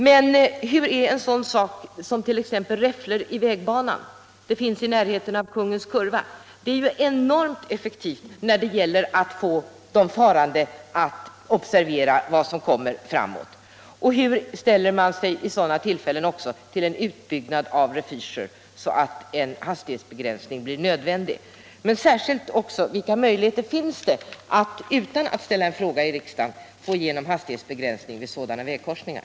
Men hur ställer det sig med en sådan sak som räfflor i vägbanan? Sådana finns här i närheten av Kungens kurva. De är ju mycket effektiva medel att få de farande att observera vad som kommer längre fram. Och hur ställer sig statsrådet i det här fallet till en utbyggnad av refuger så att en hastighetsminskning blir nödvändig? Jag vill också särskilt fråga: Vilka möjligheter finns det att utan att ställa en fråga i riksdagen få igenom hastighetsbegränsningar vid sådana här vägkorsningar?